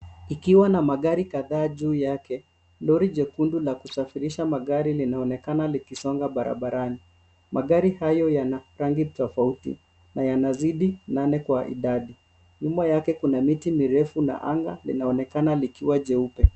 Ikiwa na magari kadhaa juu yake lori jekundu la kusafirisha magari linaonekana likisonga barabarani. Magari hayo yana rangi tofauti na yanazidi na ane kwa idadi, nyuma yake kuna miti mirefu na anga linaonekana likiwa jeupe.